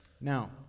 Now